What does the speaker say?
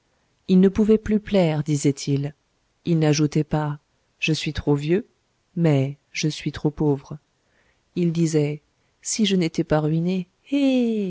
il ne pouvait plus plaire disait-il il n'ajoutait pas je suis trop vieux mais je suis trop pauvre il disait si je n'étais pas ruiné